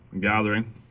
Gathering